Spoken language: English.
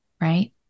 Right